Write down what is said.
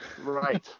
Right